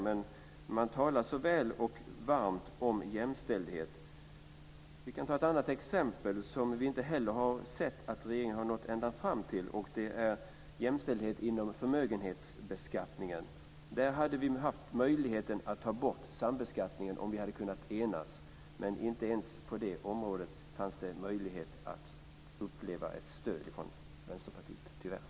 Men han talar så väl och varmt om jämställdhet. Vi kan ta ett annat exempel där vi har sett att regeringen inte har nått ända fram. Det gäller jämställdhet inom förmögenhetsbeskattningen. Där hade vi haft möjligheten att ta bort sambeskattningen om vi kunnat enas. Men inte ens på det området fanns det möjlighet att uppleva ett stöd från Vänsterpartiet.